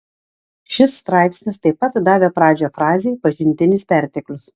šis straipsnis taip pat davė pradžią frazei pažintinis perteklius